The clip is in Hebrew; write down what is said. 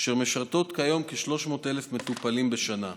אשר משרתות כיום כ-300,000 מטופלים בשנה.